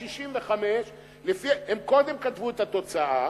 2.65%. הם קודם כתבו את התוצאה,